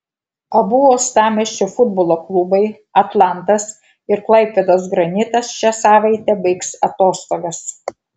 abu uostamiesčio futbolo klubai atlantas ir klaipėdos granitas šią savaitę baigs atostogas